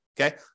Okay